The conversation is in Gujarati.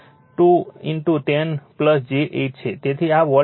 તેથી આ વોલ્ટ એમ્પીયર છે